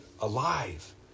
alive